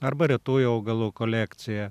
arba retųjų augalų kolekcija